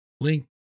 link